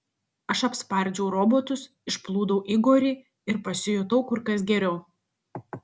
aš apspardžiau robotus išplūdau igorį ir pasijutau kur kas geriau